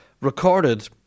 recorded